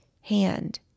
hand